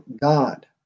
God